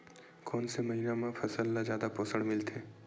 कोन से महीना म फसल ल जादा पोषण मिलथे?